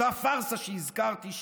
אותה פארסה שהזכרתי,